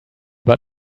but